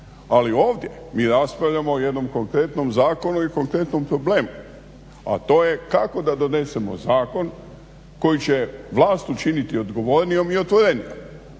ali ovdje mi raspravljamo o jednom konkretnom zakonu i konkretnom problemu, a to je kako da donesemo zakon koji će vlast učiniti odgovornijom i otvorenijom.